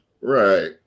Right